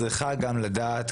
צריכה גם לדעת,